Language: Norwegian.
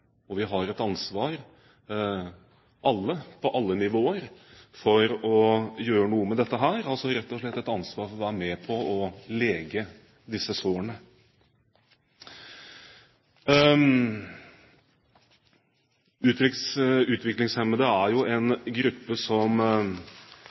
Vi har alle, på alle nivåer, et ansvar for å gjøre noe med dette. Vi har rett og slett et ansvar for å være med på å lege disse sårene. Utviklingshemmede er jo en